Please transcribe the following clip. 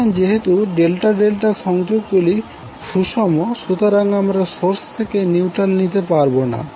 এখন যেহেতু delta delta সংযোগ গুলি সুষম সুতরাং আমরা সোর্স থেকে নিউট্রাল নিতে পারবো না